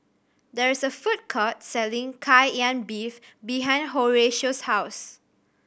there is a food court selling Kai Lan Beef behind Horatio's house